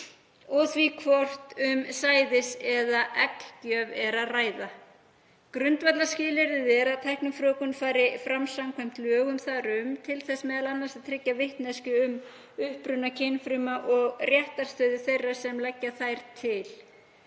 og því hvort um sæðis- eða egggjöf er að ræða. Grundvallarskilyrði er að tæknifrjóvgun fari fram samkvæmt lögum þar um til þess m.a. að tryggja vitneskju um uppruna kynfrumna og réttarstöðu þeirra sem leggja þær til.